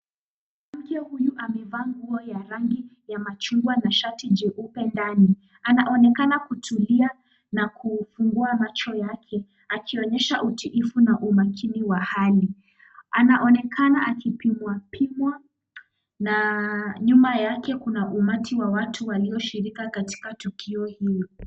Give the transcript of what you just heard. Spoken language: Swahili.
Mwanamke huyo amevaa nguo ya rangi ya machungwa na shati jeupe ndani anaonekana kutulia na kufungua macho yake na kuonyesha utiifu na umakinifu wa hali. Anaonekana akipimwapimwa na nyuma yake kuna umati kwa watu walioshiriki katika tukio hilo.